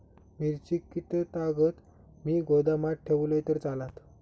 मिरची कीततागत मी गोदामात ठेवलंय तर चालात?